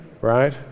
right